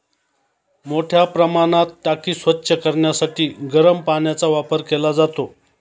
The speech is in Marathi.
मोठ्या प्रमाणात टाकी स्वच्छ करण्यासाठी गरम पाण्याचा वापर केला जातो